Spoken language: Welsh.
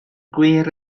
gwir